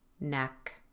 neck